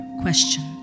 question